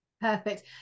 Perfect